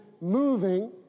moving